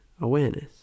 awareness